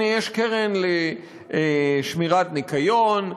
הנה יש קרן לשמירת הניקיון,